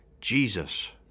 Jesus